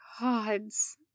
Gods